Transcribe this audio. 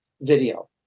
video